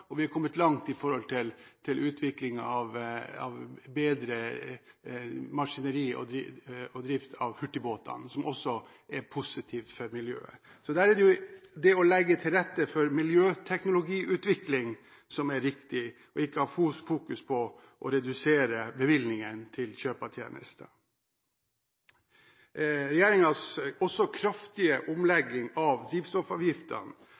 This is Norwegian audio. og vi har kommet langt i utvikling av bedre maskineri og drift av hurtigbåtene, som også er positivt for miljøet. Så det er det å legge til rette for miljøteknologiutvikling som er riktig, ikke å ha fokus på å redusere bevilgningene til kjøp av tjenester. Regjeringens kraftige omlegging av drivstoffavgiftene